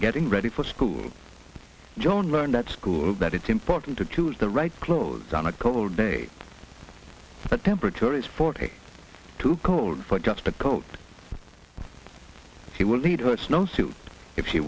getting ready for school joan learned at school that it's important to choose the right clothes on a cold day the temperature is forty too cold for just a coat she will eat her snowsuit if she